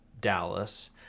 Dallas